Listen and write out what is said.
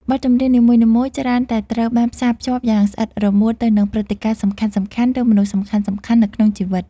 បទចម្រៀងនីមួយៗច្រើនតែត្រូវបានផ្សារភ្ជាប់យ៉ាងស្អិតរមួតទៅនឹងព្រឹត្តិការណ៍សំខាន់ៗ ឬមនុស្សសំខាន់ៗនៅក្នុងជីវិត